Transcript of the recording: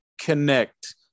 connect